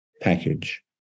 package